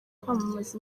kwamamaza